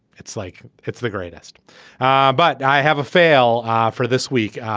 it's like it's the greatest but i have a fail for this week.